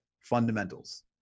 fundamentals